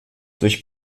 durch